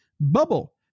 Bubble